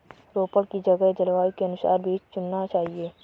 रोपड़ की जगह के जलवायु के अनुसार बीज चुनना चाहिए